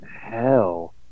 hell